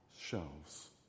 shelves